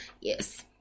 yes